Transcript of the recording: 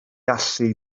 allu